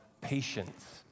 patience